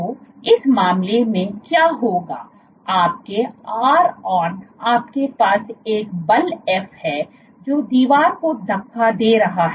तो इस मामले में क्या होगा आपके ron आपके पास एक बल एफ है जो दीवार को धक्का दे रहा है